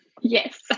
Yes